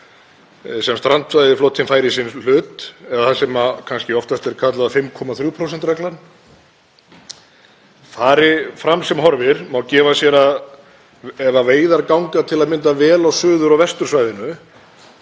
sem strandveiðiflotinn fær í sinn hlut, eða það sem oftast er kallað 5,3% reglan. Fari fram sem horfir má gefa sér að ef veiðar ganga til að mynda vel á suður- og vestursvæðinu